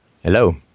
Hello